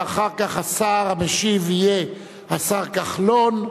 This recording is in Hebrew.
אחר כך השר המשיב יהיה השר כחלון,